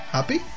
Happy